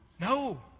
No